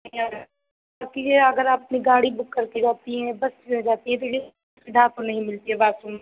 या इसीलिए अगर आप अपनी गाड़ी बुक करके जाती हैं बस से जाती हैं तो यह सब सुविधा आपको नहीं मिलती है बाथरूम